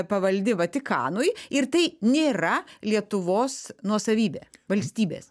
pavaldi vatikanui ir tai nėra lietuvos nuosavybė valstybės